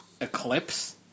eclipse